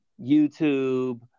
YouTube